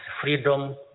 freedom